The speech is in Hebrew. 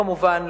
כמובן,